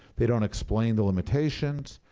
they don't explain the limitations.